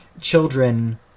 children